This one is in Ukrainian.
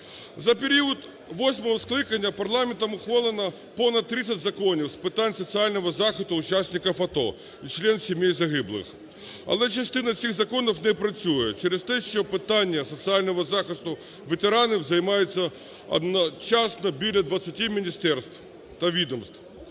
За період восьмого скликання парламентом ухвалено понад 30 законів з питань соціального захисту учасників АТО і членів сімей загиблих. Але частина цих законів не працює через те, що питаннями соціального захисту ветеранів займаються одночасно біля 20 міністерств та відомств.